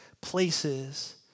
places